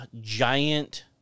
giant